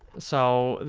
so,